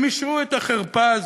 הם אישרו את החרפה הזאת.